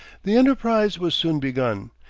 the enterprise was soon begun.